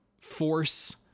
force